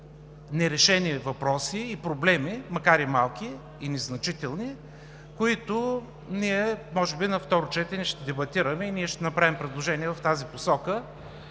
нерешени въпроси и проблеми, макар и малки и незначителни, които ние може би на второ четене ще дебатираме и ще направим предложения в тази посока.